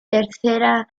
tercera